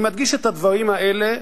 אני מדגיש את הדברים האלה,